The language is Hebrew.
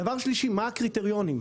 דבר שלישי, מה הקריטריונים.